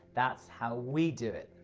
that's how we do it.